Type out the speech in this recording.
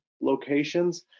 locations